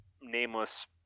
nameless